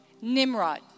nimrod